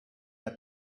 the